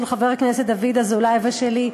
של חבר הכנסת דוד אזולאי ושלי,